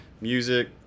music